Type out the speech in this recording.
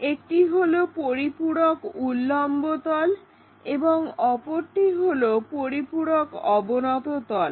একটি হলো পরিপূরক উল্লম্ব তল এবং অপরটি হলো পরিপূরক অবনত তল